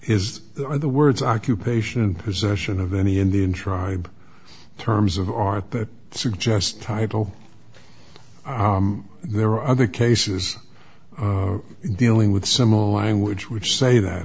are the words occupation and possession of any indian tribe terms of art that suggest title there are other cases dealing with similar language which say that